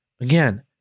Again